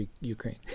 Ukraine